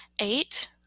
Eight